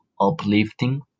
uplifting